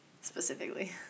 Specifically